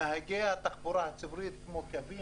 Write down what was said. נהגי התחבורה הציבורית כמו קווים